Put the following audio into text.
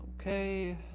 Okay